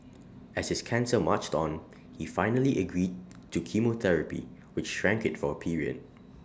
as his cancer marched on he finally agreed to chemotherapy which shrank IT for A period